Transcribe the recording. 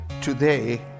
today